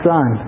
Son